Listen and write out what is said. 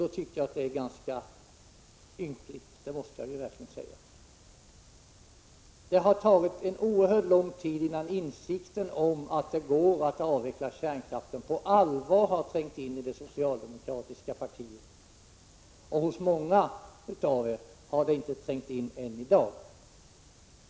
Det tycker jag är ganska ynkligt, det måste jag verkligen säga. Det har tagit en oerhört lång tid innan insikten om att det går att avveckla kärnkraften på allvar har trängt in i det socialdemokratiska partiet. Hos många av er har det inte trängt in än i dag.